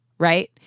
right